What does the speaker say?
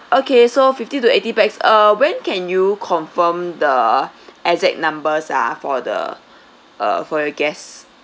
okay so fifty to eighty pax uh when can you confirm the exact numbers ah for the uh for your guests